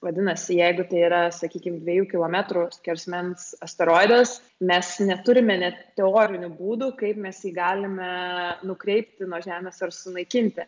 vadinasi jeigu tai yra sakykim dvejų kilometrų skersmens asteroidas mes neturime net teorinių būdų kaip mes jį galime nukreipti nuo žemės ar sunaikinti